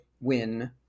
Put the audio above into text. win